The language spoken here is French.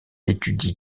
étudie